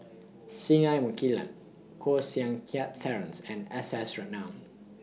Singai Mukilan Koh Seng Kiat Terence and S S Ratnam